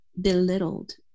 belittled